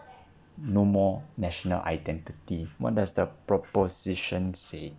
no more national identity what does the proposition say